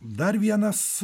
dar vienas